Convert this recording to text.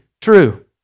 true